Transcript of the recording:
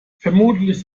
vermutlich